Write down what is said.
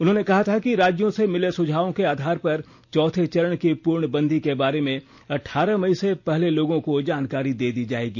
उन्होंने कहा था कि राज्यों से मिले सुझावों के आधार पर चौथे चरण की पूर्ण बंदी के बारे में अठारह मई से पहले लोगों को जानकारी दे दी जाएगी